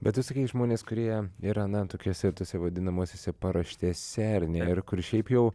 bet tu sakei žmonės kurie yra na tokiose tose vadinamosiose paraštėse ar ne ir kur šiaip jau